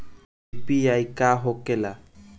UPI का होके ला?